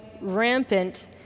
rampant